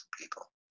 people